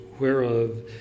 whereof